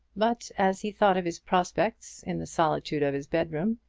but as he thought of his prospects in the solitude of his bedroom,